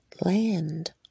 land